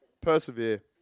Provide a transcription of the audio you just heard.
Persevere